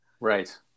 Right